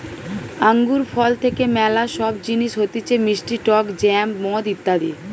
আঙ্গুর ফল থেকে ম্যালা সব জিনিস হতিছে মিষ্টি টক জ্যাম, মদ ইত্যাদি